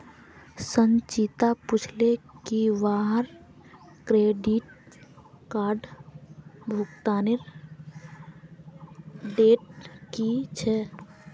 संचिता पूछले की वहार क्रेडिट कार्डेर भुगतानेर डेट की छेक